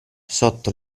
sotto